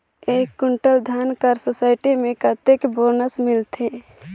एक कुंटल धान कर सोसायटी मे कतेक बोनस मिलथे?